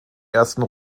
ersten